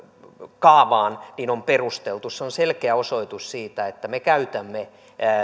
on perusteltu se on selkeä osoitus siitä että me käytämme